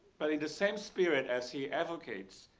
but in the same spirit as he advocates